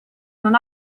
non